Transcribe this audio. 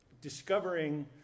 discovering